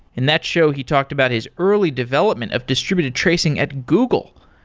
in that show, he talked about his early development of distributed tracing at google.